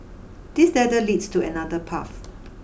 this ladder leads to another path